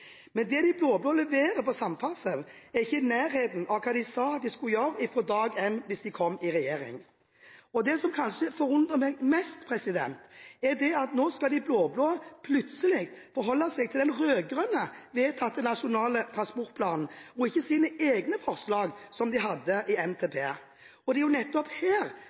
Men det de blå-blå leverer på samferdsel, er ikke i nærheten av det de sa at de skulle gjøre fra dag én, hvis de kom i regjering. Det som kanskje forundrer meg mest, er at de blå-blå nå plutselig skal forholde seg til den vedtatte rød-grønne nasjonale transportplanen, og ikke til sine egne forslag til NTP. Det er nettopp her